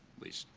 least,